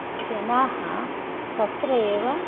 जनाः तत्र एव